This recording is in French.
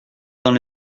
dans